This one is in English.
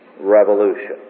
revolution